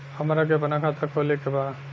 हमरा के अपना खाता खोले के बा?